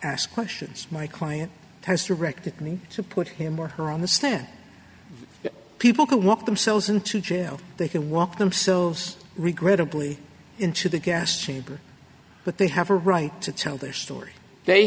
ask questions my client has directed me to put him or her on the stand people can walk themselves into jail they can walk themselves regrettably into the gas chamber but they have a right to tell their story they